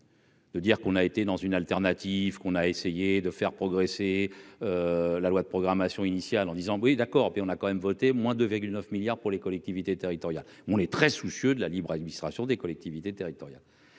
De dire qu'on a été dans une alternative qu'on a essayé de faire progresser la loi de programmation initiale en disant: oui d'accord mais on a quand même voté, moins de 9 milliards pour les collectivités territoriales, on est très soucieux de la libre administration des collectivités territoriales,